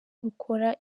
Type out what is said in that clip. rukora